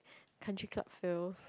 country club feel